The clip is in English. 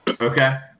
okay